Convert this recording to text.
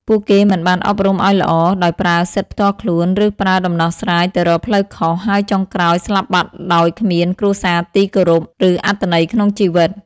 ពួកគេមិនបានអប់រំឲ្យល្អ ដោយប្រើសិទ្ធិផ្ទាល់ខ្លួន ឬប្រើដំណោះស្រាយទៅរកផ្លូវខុស ហើយចុងក្រោយស្លាប់បាត់ដោយគ្មានគ្រួសារទីគោរព ឬអត្ថន័យក្នុងជីវិត។